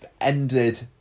ended